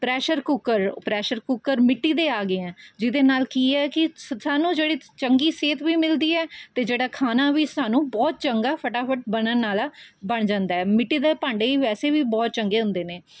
pressure cooker pressure cooker ਮਿੱਟੀ ਦੇ ਆ ਗਏ ਆਂ ਜਿਹਦੇ ਨਾਲ਼ ਕੀ ਹੈ ਕਿ ਸਾਨੂੰ ਜਿਹੜੀ ਚੰਗੀ ਸਿਹਤ ਵੀ ਮਿਲਦੀ ਹੈ ਅਤੇ ਜਿਹੜਾ ਖਾਣਾ ਵੀ ਸਾਨੂੰ ਬਹੁਤ ਚੰਗਾ ਫਟਾਫਟ ਬਣਨ ਆਲਾ ਬਣ ਜਾਂਦਾ ਏ ਮਿੱਟੀ ਦੇ ਭਾਂਡੇ ਵੈਸੇ ਵੀ ਬਹੁਤ ਚੰਗੇ ਹੁੰਦੇ ਨੇ